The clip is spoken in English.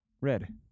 Red